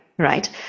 Right